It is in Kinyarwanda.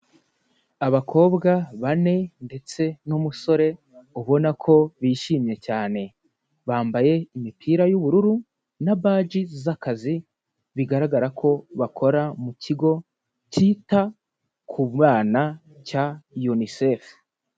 Abakobwa bane ndetse n'umusore ubona ko bishimye cyane, bambaye imipira y'ubururu na baji z'akazi bigaragara ko bakora mu kigo cyita ku bana cya Unicef.